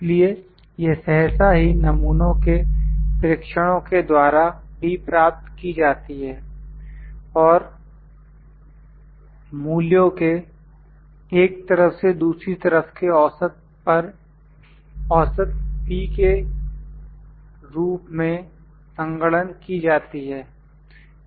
इसलिए यह सहसा ही नमूनों के प्रेक्षणओं के द्वारा भी प्राप्त की जाती है और मूल्यों के एक तरफ से दूसरी तरफ के औसत P के रूप में संगणन की जाती है